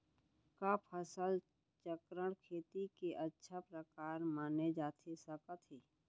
का फसल चक्रण, खेती के अच्छा प्रकार माने जाथे सकत हे?